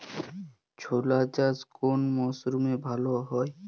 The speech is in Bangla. ছোলা চাষ কোন মরশুমে ভালো হয়?